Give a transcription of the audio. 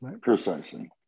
Precisely